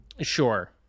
Sure